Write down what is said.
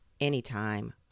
anytime